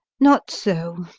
not so,